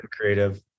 creative